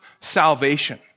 salvation